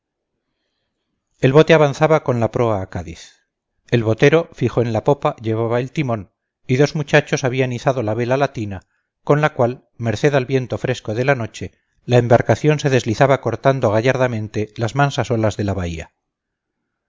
el bote avanzaba con la proa a cádiz el botero fijo en la popa llevaba el timón y dos muchachos habían izado la vela latina con la cual merced al viento fresco de la noche la embarcación se deslizaba cortando gallardamente las mansas olas de la bahía